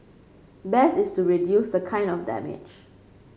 best is to reduce the kind of damage